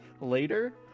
Later